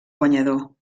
guanyador